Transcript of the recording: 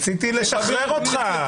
רציתי לשחרר אותך, בני.